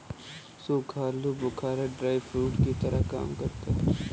सूखा आलू बुखारा ड्राई फ्रूट्स की तरह काम करता है